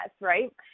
right